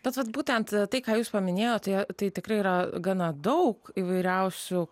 bet vat būtent tai ką jūs paminėjot tai tikrai yra gana daug įvairiausių